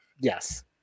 yes